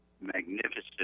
magnificent